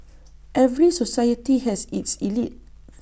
every society has its elite